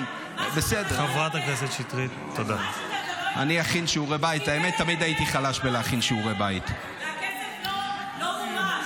--- תכין שיעורי בית על מה שאתה לא יודע.